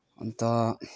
अन्त